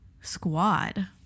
squad